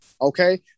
Okay